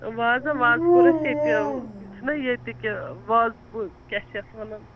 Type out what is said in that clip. وازٕ ہہ وازٕ کوٚر اَسہِ ییٚتہِ چھُنہ ییٚتہِ کہِ وازٕپو کیٛاہ چھِ اَتھ وَنان